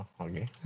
okay